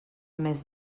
més